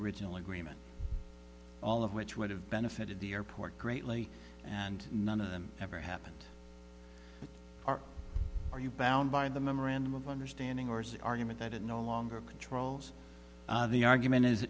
original agreement all of which would have benefited the airport greatly and none of them ever happened are you bound by the memorandum of understanding or some argument that it no longer controls the argument